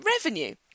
revenue